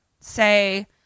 Say